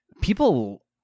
people